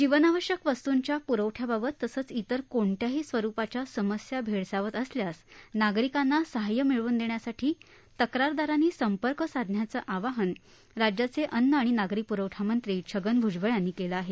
जीवनावश्यक वस्तूंच्या प्रवठ्याबाबत तसंच इतर कोणत्याही स्वरुपाच्या समस्या भैडसावत असल्यास नागरीकांना सहाय्य मिळवून देण्यासाठी तक्रारदारांनी संपर्क साधण्याचं आवाहन राज्याचे अन्न आणि नागरी प्रवठा मंत्री छगन भ्जबळ यांनी केलं आहे